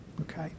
Okay